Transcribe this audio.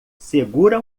segura